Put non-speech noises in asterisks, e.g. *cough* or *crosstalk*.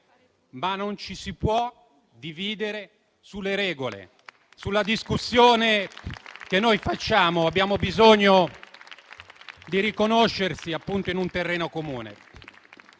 ma non ci si può dividere sulle regole. *applause* Nella discussione che facciamo, abbiamo bisogno di riconoscerci in un terreno comune.